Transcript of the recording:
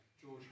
George